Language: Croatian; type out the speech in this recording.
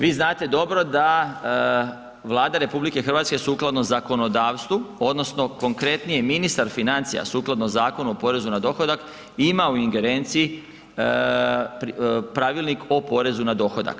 Vi znate dobro da Vlada RH sukladno zakonodavstvu odnosno konkretnije ministar financija sukladno Zakonu o porezu na dohodak ima u ingerenciji Pravilnik o porezu na dohodak.